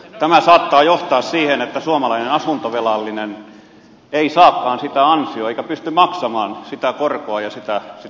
tämä saattaa johtaa siihen että suomalainen asuntovelallinen ei saakaan sitä ansiota eikä pysty maksamaan sitä korkoa ja sitä luottoa